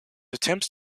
attempts